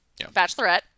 Bachelorette